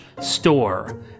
store